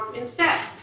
instead.